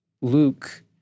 Luke –